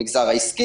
כמו המגזר העסקי.